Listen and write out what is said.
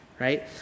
right